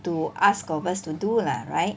to ask of us to do lah right